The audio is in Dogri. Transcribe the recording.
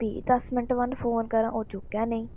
फ्ही दस मैंट्ट बाद फोन करां ओह् चुक्कै नेईं